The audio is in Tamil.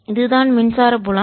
இது தான் மின்சார புலம்